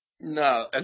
No